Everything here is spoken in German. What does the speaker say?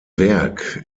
werk